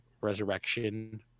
resurrection